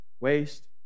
waste